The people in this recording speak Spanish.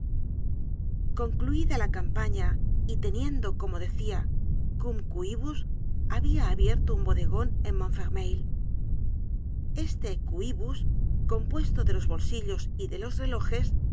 concluida la campaña y teniendo como decia ctim quibus habia abierto un bodegon en montfermeil content from google book search generated at este quibus compuesto de los bolsillos y de los relojes